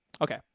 Okay